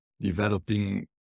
developing